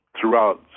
throughout